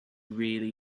really